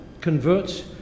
converts